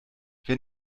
wer